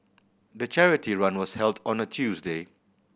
the charity run was held on a Tuesday